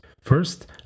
First